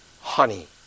honey